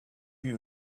you